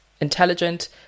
intelligent